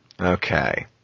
Okay